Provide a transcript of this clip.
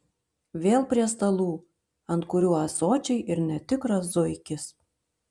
vėl prie stalų ant kurių ąsočiai ir netikras zuikis